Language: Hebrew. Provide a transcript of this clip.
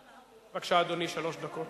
בבקשה, אדוני, שלוש דקות.